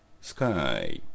sky